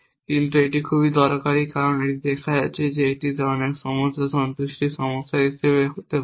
কিন্তু এটি খুব দরকারী কারণ এটি দেখা যাচ্ছে যে অনেক সমস্যা সন্তুষ্টির সমস্যা হিসাবে হতে পারে